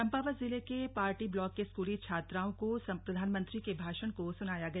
चंपावत जिले के पाटी ब्लॉक के स्कूली छात्राओं को प्रधानमंत्री के भाषण को सुनाया गया